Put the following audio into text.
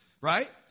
right